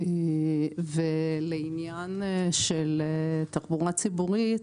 לעניין של תחבורה ציבורית,